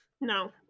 No